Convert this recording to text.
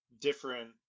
different